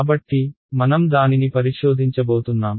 కాబట్టి మనం దానిని పరిశోధించబోతున్నాం